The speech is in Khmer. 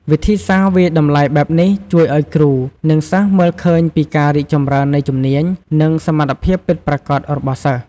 វិធីសាស្ត្រវាយតម្លៃបែបនេះជួយឱ្យគ្រូ និងសិស្សមើលឃើញពីការរីកចម្រើននៃជំនាញ និងសមត្ថភាពពិតប្រាកដរបស់សិស្ស។